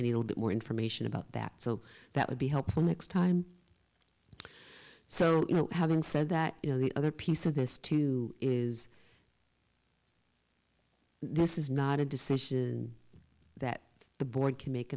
any little bit more information about that so that would be helpful next time so you know having said that you know the other piece of this too is this is not a decision that the board can make